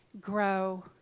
grow